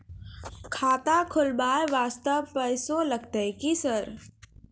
खाता खोलबाय वास्ते पैसो लगते की सर?